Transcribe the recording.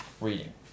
Reading